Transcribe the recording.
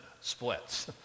splits